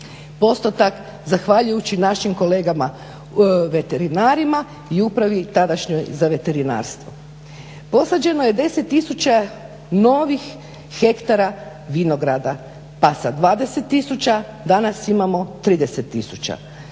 postotak zahvaljujući našim kolegama veterinarima i upravi tadašnjoj za veterinarstvo. Posađeno je 10 tisuća novih hektara vinograda, pa sa 20 tisuća danas imamo 30